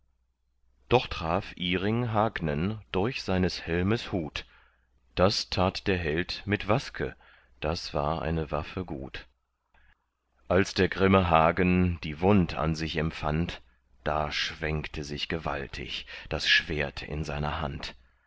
doch traf iring hagnen durch seines helmes hut das tat der held mit waske das war eine waffe gut als der grimme hagen die wund an sich empfand da schwenkte sich gewaltig das schwert in seiner hand